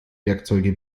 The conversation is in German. werkzeuge